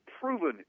proven